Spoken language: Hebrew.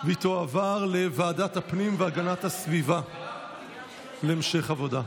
והיא תועבר לוועדת הפנים והגנת הסביבה להמשך עבודה.